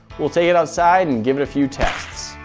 we'll take it outside and give it a few tests.